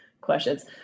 questions